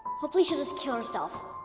hopefully she'll just kill herself.